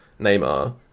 neymar